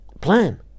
plan